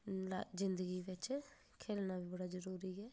जिंदगी बिच खे'ल्लना बी बड़ा जरूरी ऐ